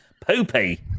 Poopy